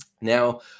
Now